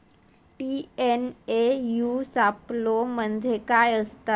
TNAU सापलो म्हणजे काय असतां?